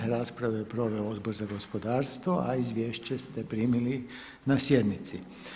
Raspravu je proveo Odbor za gospodarstvo, a izvješće ste primili na sjednici.